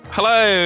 Hello